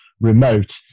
remote